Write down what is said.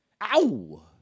Ow